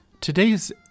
Today's